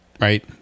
Right